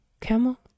camel